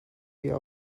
wir